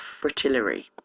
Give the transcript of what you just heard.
Fritillary